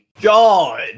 god